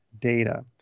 data